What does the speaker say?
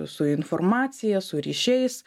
su informacija su ryšiais